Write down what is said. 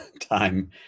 time